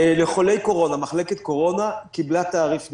מחלקת קורונה קיבלה תעריף נפרד.